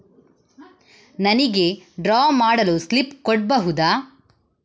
ನನಿಗೆ ಡ್ರಾ ಮಾಡಲು ಸ್ಲಿಪ್ ಕೊಡ್ಬಹುದಾ?